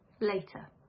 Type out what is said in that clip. later